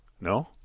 No